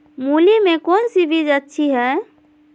मूली में कौन सी बीज अच्छी है?